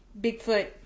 Bigfoot